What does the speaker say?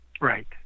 Right